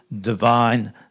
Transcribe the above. divine